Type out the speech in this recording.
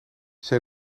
zij